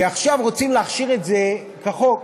ועכשיו רוצים להכשיר את זה כחוק.